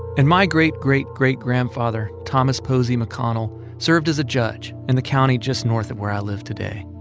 and my great-great-great-grandfather, thomas posey mcconnell, served as a judge in the county just north of where i live today.